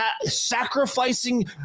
sacrificing